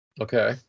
Okay